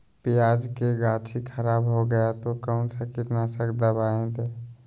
प्याज की गाछी खराब हो गया तो कौन सा कीटनाशक दवाएं दे?